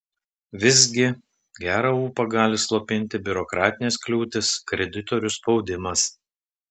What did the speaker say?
visgi gerą ūpą gali slopinti biurokratinės kliūtys kreditorių spaudimas